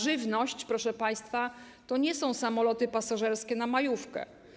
Żywność, proszę państwa, to nie są samoloty pasażerskie na majówkę.